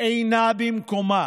אינה במקומה.